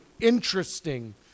interesting